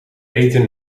eten